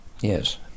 Yes